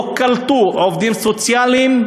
לא קלטו עובדים סוציאליים,